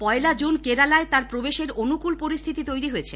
পয়লা June কেরালায় তার প্রবেশের অনুকূল পরিস্থিতি তৈরী হয়েছে